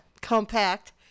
compact